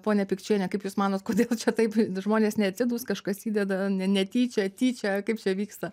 ponia pikčiene kaip jūs manot kodėl čia taip žmonės neatidūs kažkas įdeda ne netyčia tyčia kaip čia vyksta